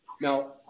Now